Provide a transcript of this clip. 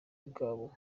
bwabo